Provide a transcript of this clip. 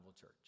Church